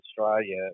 Australia